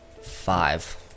five